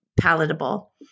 palatable